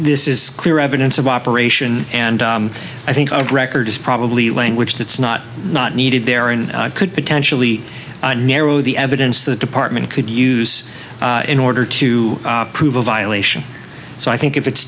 this is clear evidence of operation and i think of record is probably language that's not not needed there and could potentially narrow the evidence the department could use in order to prove a violation so i think if it's